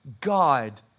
God